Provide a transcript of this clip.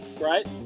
right